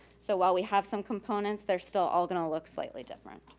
so while we have some components, they're still all gonna look slightly different.